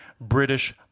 British